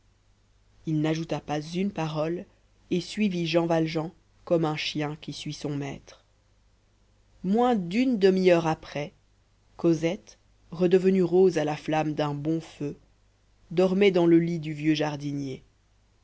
il n'ajouta pas une parole et suivit jean valjean comme un chien suit son maître moins d'une demi-heure après cosette redevenue rose à la flamme d'un bon feu dormait dans le lit du vieux jardinier